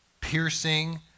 piercing